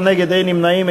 אין נמנעים.